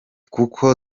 kuko